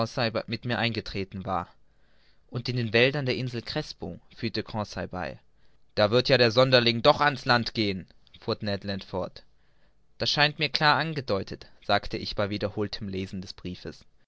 mit mir eingetreten war und in den wäldern der insel crespo fügte conseil bei da wird ja der sonderling doch an's land gehen fuhr ned land fort das scheint mir klar angedeutet sagte ich bei wiederholtem lesen des briefes